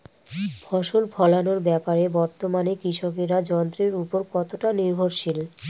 ফসল ফলানোর ব্যাপারে বর্তমানে কৃষকরা যন্ত্রের উপর কতটা নির্ভরশীল?